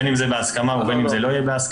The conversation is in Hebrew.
בין אם שזה יהיה בהסכמה ובין אם זה לא יהיה בהסכמה.